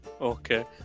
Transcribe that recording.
Okay